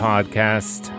podcast